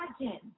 imagine